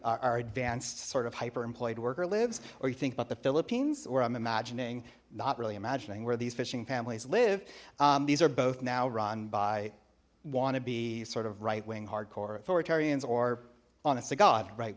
our advanced sort of hyper employed worker lives or you think about the philippines or i'm imagining not really imagining where these fishing families live these are both now run by want to be sort of right wing hardcore authoritarians or honest to god right